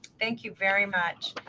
thank you very much.